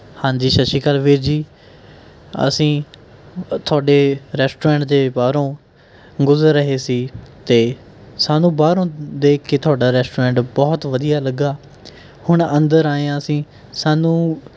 ਹਾਂਜੀ ਸਤਿ ਸ਼੍ਰੀ ਅਕਾਲ ਵੀਰ ਜੀ ਅਸੀਂ ਤੁਹਾਡੇ ਰੈਸਟੋਰੈਂਟ ਦੇ ਬਾਹਰੋਂ ਗੁਜ਼ਰ ਰਹੇ ਸੀ ਅਤੇ ਸਾਨੂੰ ਬਾਹਰੋਂ ਦੇਖ ਕੇ ਥੋੜਾ ਰੈਸਟੋਰੈਂਟ ਬਹੁਤ ਵਧੀਆ ਲੱਗਾ ਹੁਣ ਅੰਦਰ ਆਏ ਆ ਅਸੀਂ ਸਾਨੂੰ